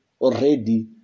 already